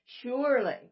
surely